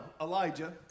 Elijah